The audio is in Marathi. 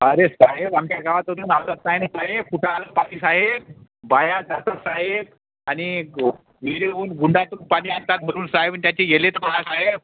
अरे साहेब आमच्या गावातून साहेब कुठं आलं पाणी साहेब बाया जातात साहेब आणि विहिरी येऊन गुंडातून पाणी आणतात भरून साहेब आणि त्याची साहेब